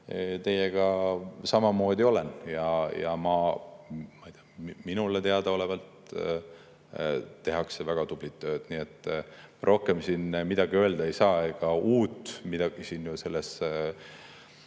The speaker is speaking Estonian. meelt samamoodi nagu teie ja minule teadaolevalt tehakse väga tublit tööd. Rohkem siin midagi öelda ei saa. Midagi uut selles